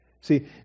See